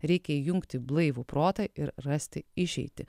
reikia įjungti blaivų protą ir rasti išeitį